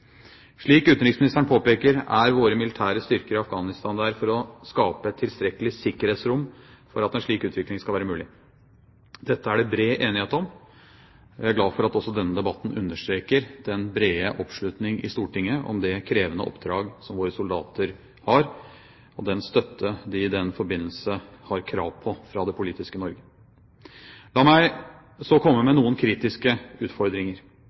Slik utenriksministeren påpeker, er våre militære styrker i Afghanistan der for å skape et tilstrekkelig sikkerhetsrom for at en slik utvikling skal være mulig. Dette er det bred enighet om. Jeg er glad for at også denne debatten understreker den brede oppslutning i Stortinget om det krevende oppdrag som våre soldater har, og den støtte de i den forbindelse har krav på fra det politiske Norge. La meg så komme med noen kritiske utfordringer.